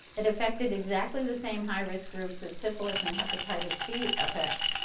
it affected exactly the same high-risk groups that syphilis and hepatitis b affect